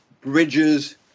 bridges